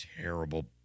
terrible